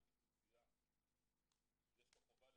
כל בעל פיצוציה מוטלת עליו החובה על